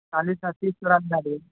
खाली सभचीज तोरा मिला देबौ